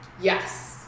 yes